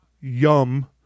Yum